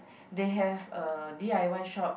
they have a d_i_y shop